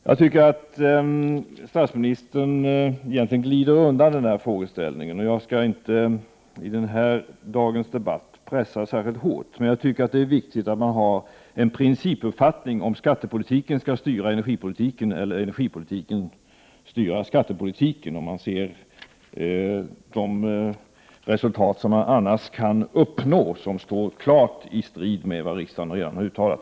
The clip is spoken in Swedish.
Jag tycker att statsministern egentligen glider undan denna frågeställning. Jag skall inte i dagens debatt pressa särskilt hårt. Men jag tycker att det är viktigt att ha en principuppfattning om huruvida skattepolitiken skall styra energipolitiken eller om energipolitiken skall styra skattepolitiken, med tanke på de resultat som annars kan uppnås, vilka står klart i strid med vad riksdagen redan har uttalat.